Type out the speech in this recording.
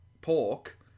pork